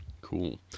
Cool